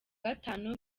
gatanu